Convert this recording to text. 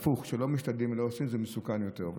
הפוך, כשלא משתדלים ולא עושים, זה מסוכן יותר.